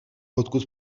odkud